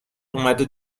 اومده